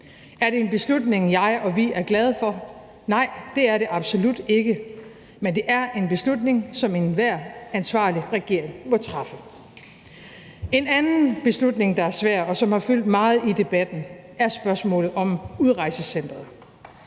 Er det en beslutning, jeg og vi er glade for? Nej, det er det absolut ikke, men det er en beslutning, som enhver ansvarlig regering må træffe. En anden beslutning, der er svær, og som har fyldt meget i debatten, er spørgsmålet om udrejsecenteret.